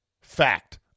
fact